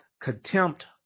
contempt